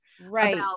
right